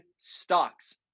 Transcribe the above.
stocks